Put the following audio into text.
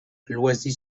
loisy